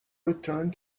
returned